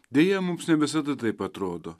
deja mums ne visada taip atrodo